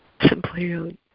simply